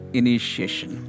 initiation